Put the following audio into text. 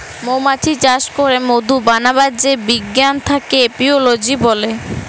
মমাছি চাস ক্যরে মধু বানাবার যে বিজ্ঞান থাক্যে এপিওলোজি ব্যলে